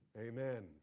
Amen